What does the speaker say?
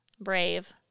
brave